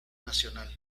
nacional